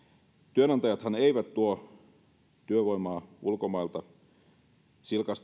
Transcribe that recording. työnantajathan eivät tuo työvoimaa ulkomailta silkan